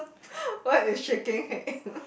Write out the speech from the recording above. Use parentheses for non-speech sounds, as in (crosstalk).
(laughs) what is shaking head (laughs)